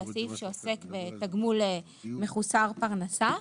הוא הסעיף שעוסק בתגמול מחוסר פרנסה.